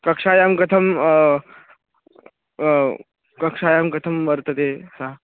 कक्षायां कथं कक्षायां कथं वर्तते सा